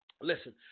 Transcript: Listen